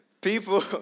People